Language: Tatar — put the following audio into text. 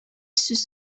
сүз